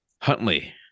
Huntley